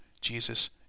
Jesus